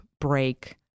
break